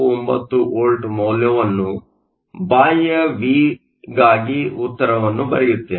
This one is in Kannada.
49 ವೋಲ್ಟ್ಮೌಲ್ಯವನ್ನು ಬಾಹ್ಯ ವಿಗಾಗಿ ಉತ್ತರವನ್ನು ಬರೆಯುತ್ತೇನೆ